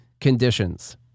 conditions